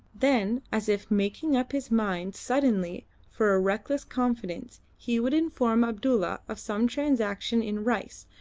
then as if making up his mind suddenly for a reckless confidence he would inform abdulla of some transaction in rice,